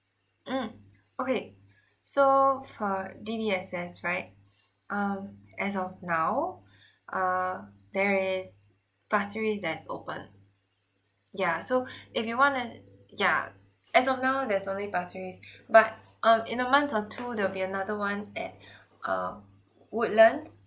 mm okay so for D_B_S_S right um as of now uh there is pasir ris that's open yeah so if you want an yeah as of now there's only pasir ris but um in a month or two there'll be another one at uh woodland